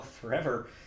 forever